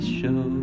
show